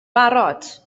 barod